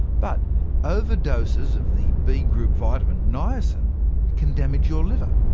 but overdoses of the b-group vitamin niacin can damage your liver.